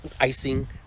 icing